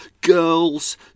girls